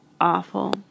Awful